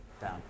Down